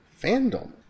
fandom